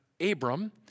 Abram